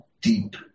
deep